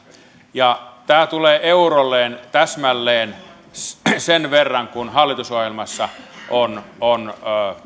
ja tämä tulee eurolleen täsmälleen sen sen verran kuin hallitusohjelmassa on on